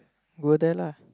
go there lah